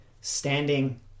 standing